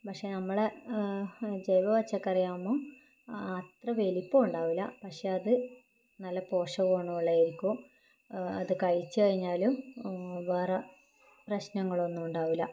പക്ഷേ നമ്മളെ ജൈവ പച്ചക്കറി ആകുമ്പം അത്ര വലിപ്പം ഉണ്ടാവില്ല പക്ഷേ അത് നല്ല പോഷക ഗുണമുള്ളതായിരിക്കും അത് കഴിച്ചു കഴിഞ്ഞാലും വേറെ പ്രശ്നങ്ങളൊന്നും ഉണ്ടാവില്ല